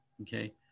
okay